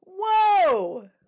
Whoa